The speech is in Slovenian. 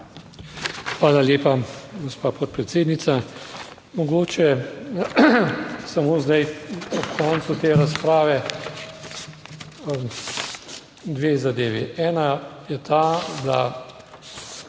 Hvala lepa, gospa podpredsednica. Mogoče samo zdaj ob koncu te razprave, dve zadevi. Ena je ta, da